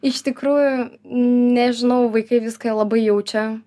iš tikrųjų nežinau vaikai viską labai jaučia